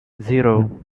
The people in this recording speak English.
zero